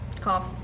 Cough